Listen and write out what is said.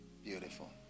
Beautiful